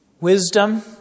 wisdom